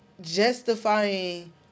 justifying